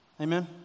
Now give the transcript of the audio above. amen